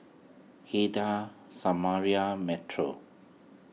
Heidy Samira Metro